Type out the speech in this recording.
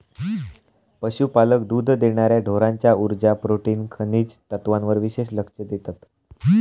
पशुपालक दुध देणार्या ढोरांच्या उर्जा, प्रोटीन, खनिज तत्त्वांवर विशेष लक्ष देतत